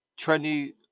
trendy